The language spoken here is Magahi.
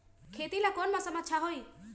खेती ला कौन मौसम अच्छा होई?